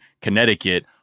Connecticut